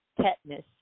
tetanus